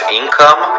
income